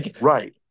Right